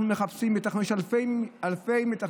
אנחנו מחפשים, ויש אלפי מתכנתות